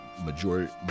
majority